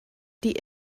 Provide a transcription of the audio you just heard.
die